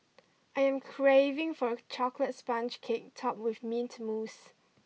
I am craving for a chocolate sponge cake topped with mint mousse